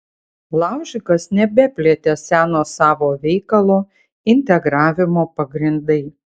laužikas nebeplėtė seno savo veikalo integravimo pagrindai